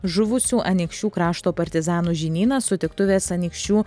žuvusių anykščių krašto partizanų žinynas sutiktuvės anykščių